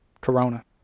Corona